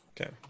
Okay